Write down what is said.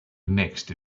next